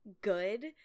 good